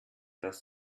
das